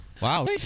Wow